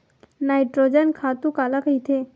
Nitrogen खातु काला कहिथे?